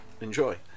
Enjoy